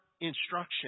instruction